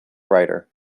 writer